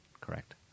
correct